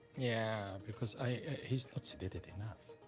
yeah, because i he's not sedated enough.